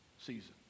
season